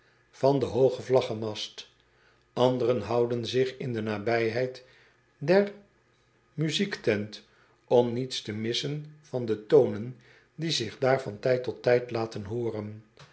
van den hoogen vlaggemast nderen houden zich in de nabijheid der nraziektent om niets te missen van de toonen die zich daar van tijd tot tijd laten hooren